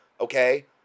Okay